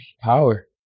power